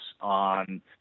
on